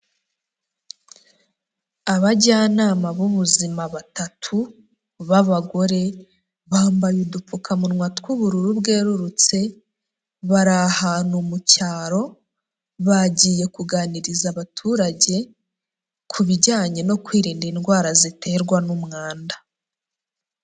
Abajyanama b'ubuzima batatu b'abagore, bambaye udupfukamunwa tw'ubururu bwererutse, bari ahantu mu cyaro bagiye kuganiriza abaturage ku bijyanye no kwirinda indwara ziterwa n'umwanda.